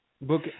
book